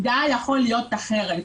זה היה יכול להיות אחרת.